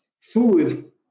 food